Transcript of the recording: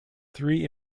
three